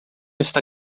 está